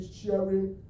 sharing